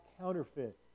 counterfeit